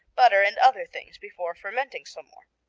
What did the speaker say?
butter and other things, before fermenting some more.